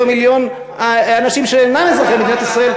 מיליון אנשים שאינם אזרחי מדינת ישראל,